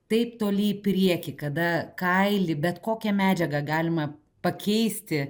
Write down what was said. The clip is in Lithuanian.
taip toli į priekį kada kailį bet kokią medžiagą galima pakeisti